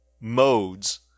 modes